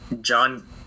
John